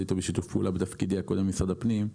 אתו בשיתוף פעולה בתפקידי הקודם במשרד הפנים,